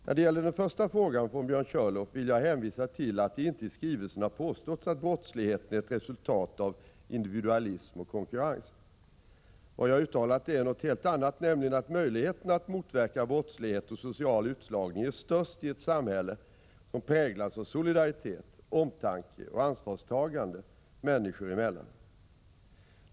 När det gäller den första frågan från Björn Körlof vill jag hänvisa till att det inte i skrivelsen har påståtts att brottsligheten är ett resultat av individualism och konkurrens. Vad jag har uttalat är något helt annat, nämligen att möjligheterna att motverka brottslighet och social utslagning är störst i ett samhälle som präglas av solidaritet, omtanke och ansvarstagande människor emellan.